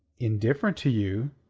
indifferent to you?